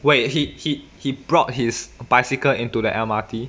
wait he he he brought his bicycle into the M_R_T